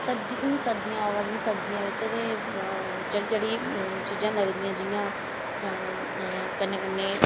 सर्दी हून सर्दियां आवा दियां सर्दियां बिच्च ते जेह्ड़ी जेह्ड़ी चीज़ां लगदियां जियां कन्नै कन्नै